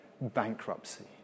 bankruptcy